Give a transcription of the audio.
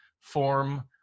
form